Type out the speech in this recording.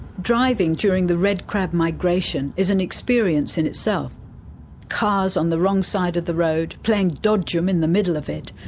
driving during the red crab migration is an experience in itself cars on the wrong side of the road, playing dodge-em in the middle of it,